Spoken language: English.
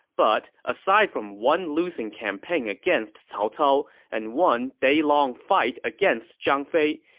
but aside from one losing campaign against cao cao and one day-long fight against zhang fei,